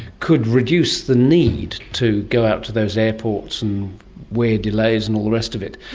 could reduce the need to go out to those airports wear delays and all the rest of it.